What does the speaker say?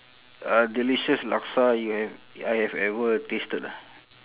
uh delicious laksa you have I have ever tasted ah